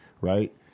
right